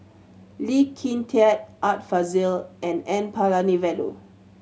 Lee Kin Tat Art Fazil and N Palanivelu